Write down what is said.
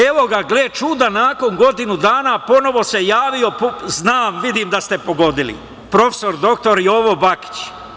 Evo ga, gle čuda, nakon godinu dana ponovo se javio, znam, vidim da ste pogodili, prof. dr Jovo Bakić.